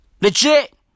Legit